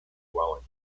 dwelling